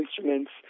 instruments